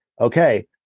Okay